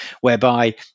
whereby